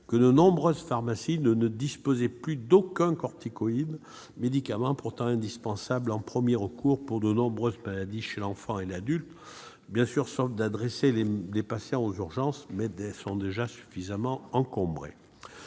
que de nombreuses pharmacies ne disposaient plus d'aucun corticoïde, médicament pourtant indispensable en premier recours pour de nombreuses maladies chez l'enfant et l'adulte. Il est toujours possible, bien sûr, d'adresser les patients aux urgences, mais celles-ci sont suffisamment encombrées.